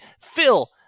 Phil